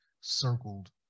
circled